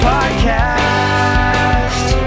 Podcast